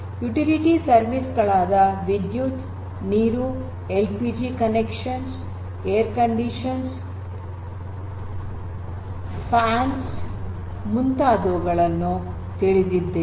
utility services ಗಳಾದ ವಿದ್ಯುತ್ ನೀರು ಎಲ್ಪಿಜಿ ಸಂಪರ್ಕ ಏರ್ ಕಂಡೀಷನರ್ಸ್ ಫ್ಯಾನ್ಸ್ ಮುಂತಾದವುಗಳನ್ನು ತಿಳಿದಿದ್ದೇವೆ